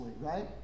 right